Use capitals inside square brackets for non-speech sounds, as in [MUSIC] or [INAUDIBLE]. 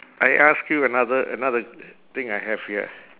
I ask you another another [NOISE] thing I have here